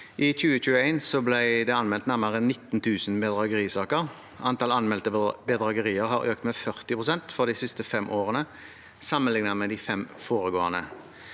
I 2021 ble det anmeldt nærmere 19 000 bedragerisaker. Antall anmeldte bedragerier har økt med 40 pst. de siste fem årene sammenlignet med de fem foregående.